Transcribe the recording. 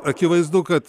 akivaizdu kad